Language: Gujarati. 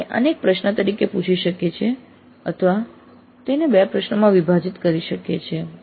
આપણે આને એક પ્રશ્ન તરીકે પૂછી શકીએ છીએ અથવા તેને બે પ્રશ્નોમાં વિભાજિત કરી શકીએ છીએ